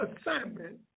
assignment